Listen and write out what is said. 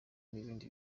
n’ibindi